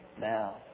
now